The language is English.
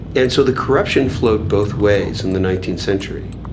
and so the corruption flowed both ways in the nineteenth century.